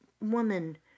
woman